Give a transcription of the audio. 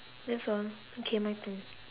that's all okay my turn